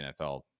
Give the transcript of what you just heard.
NFL